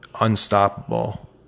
unstoppable